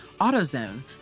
AutoZone